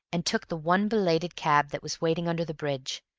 and took the one belated cab that was waiting under the bridge.